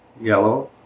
yellow